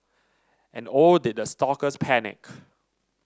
and oh did the stalkers panic